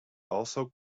also